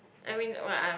I mean what I'm